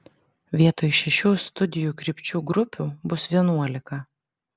vietoj šešių studijų krypčių grupių bus vienuolika